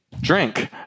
drink